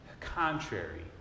contrary